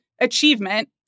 achievement